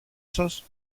σας